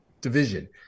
division